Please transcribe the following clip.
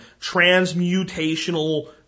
transmutational